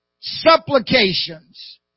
supplications